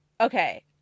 okay